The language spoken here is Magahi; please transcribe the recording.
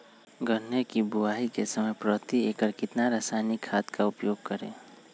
गन्ने की बुवाई के समय प्रति एकड़ कितना रासायनिक खाद का उपयोग करें?